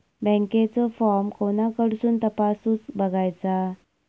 बँकेचो फार्म कोणाकडसून तपासूच बगायचा?